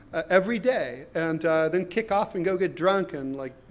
every day, and then kick off and go get drunk, and, like,